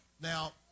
Now